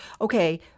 okay –